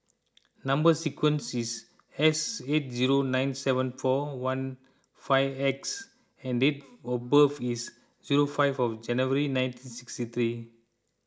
Number Sequence is S eight zero nine seven four one five X and date of birth is zero five of January nineteen sixty three